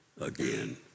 again